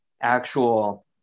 actual